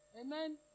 Amen